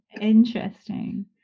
interesting